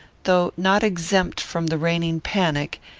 though not exempt from the reigning panic,